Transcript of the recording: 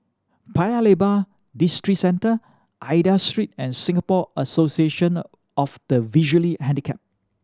Paya Lebar Districentre Aida Street and Singapore Association of the Visually Handicapped